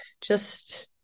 just-